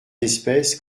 d’espèce